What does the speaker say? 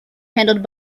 handled